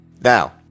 Now